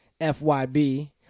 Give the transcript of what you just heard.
FYB